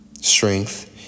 strength